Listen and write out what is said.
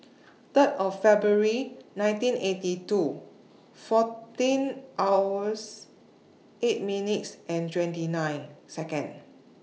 Third of February nineteen eighty two fourteen hours eight minutes and twenty nine Seconds